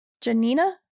Janina